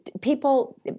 people –